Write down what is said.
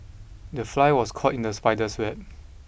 the fly was caught in the spider's web